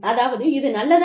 அதாவது இது நல்லதா